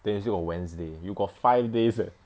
then you still got wednesday you got five days eh